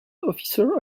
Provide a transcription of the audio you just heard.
officer